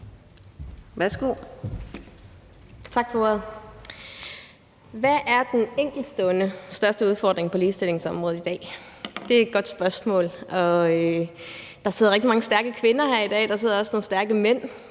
Hvad er den enkeltstående største udfordring på ligestillingsområdet i dag? Det er et godt spørgsmål. Der sidder rigtig mange stærke kvinder her i dag, og der sidder også nogle stærke mænd.